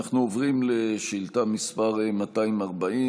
אנחנו עוברים לשאילתה מס' 240,